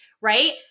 right